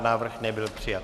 Návrh nebyl přijat.